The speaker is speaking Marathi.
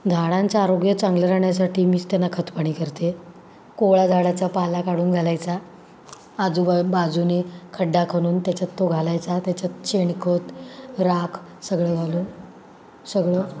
झाडांचं आरोग्य चांगलं राहण्यासाठी मीच त्यांना खतपाणी करते कोवळा झाडाचा पाला काढून घालायचा आजूबाजूनी खड्डा खणून त्याच्यात तो घालायचा त्याच्यात शेणखत राख सगळं घालून सगळं